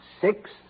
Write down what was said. six